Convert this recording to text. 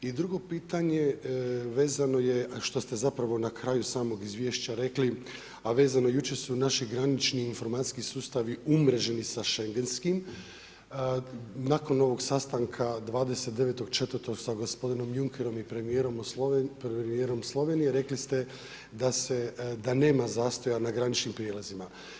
A drugo pitanje je vezano je što ste zapravo na kraju samog izvješća rekli, a vezano je, jučer su naši granični informacijski sustavi umreženi sa Schengenskim, nakon ovog sastanka 29.4 sa gospodinom Junkerom i premjerom Slovenije rekli ste da se, da nema zastoja na graničnim prijelazima.